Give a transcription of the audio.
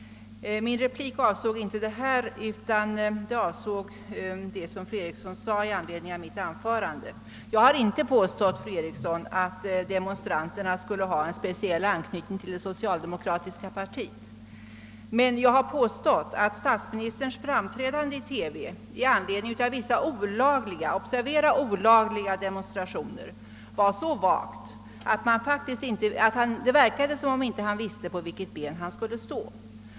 Min replik avsåg emellertid inte detta, utan det som fru Eriksson sade i anledning av mitt anförande. Jag har inte påstått, fru Eriksson, att demonstranterna skulle ha en speciell anknytning till det socialdemokratiska partiet, men jag har påstått att statsministerns framträdande i TV i anledning av vissa olagliga — observera olagliga — demonstrationer var så vagt, att det verkade som om han inte visste på vilket ben han skulle stå.